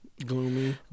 Gloomy